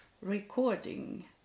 Recording